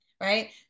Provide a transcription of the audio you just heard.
right